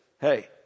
hey